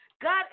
god